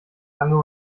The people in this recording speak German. lange